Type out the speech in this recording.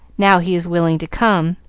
now he is willing to come.